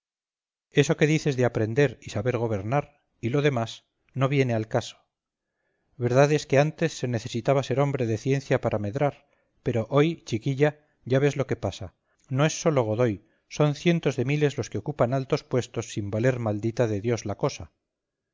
eso que dices de aprender y saber gobernar y lo demás no viene al caso verdad es que antes se necesitaba ser hombre de ciencia para medrar pero hoy chiquilla ya ves lo que pasa no es sólo godoy son cientos de miles los que ocupan altos puestos sin valer maldita de dios la cosa